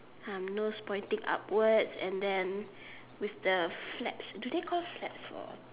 um nose pointing upwards and then with the flaps do they call flaps or